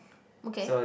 okay